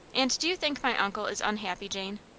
and do you think my uncle is unhappy, jane?